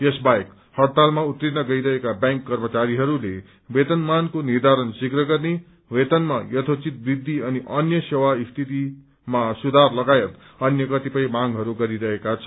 यस बाहेक इइतालमा उत्रिन गइरहेका ब्यांक कर्मचारीहरूले वेतनमानको निर्धारण शीर्ष गर्ने वेतनमा ययोधित वृद्धि अनि अन्य सेवा स्थितिमा सुधार लगायत अन्य कतिपय मागहरू गरिरहेका छन्